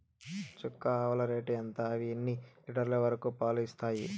చుక్క ఆవుల రేటు ఎంత? అవి ఎన్ని లీటర్లు వరకు పాలు ఇస్తాయి?